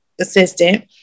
assistant